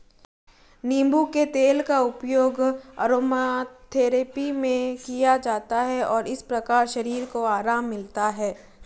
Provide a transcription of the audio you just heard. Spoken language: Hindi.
नींबू के तेल का उपयोग अरोमाथेरेपी में किया जाता है और इस प्रकार शरीर को आराम मिलता है